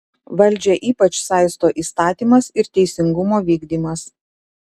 valdžią ypač saisto įstatymas ir teisingumo vykdymas